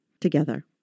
together